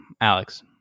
Alex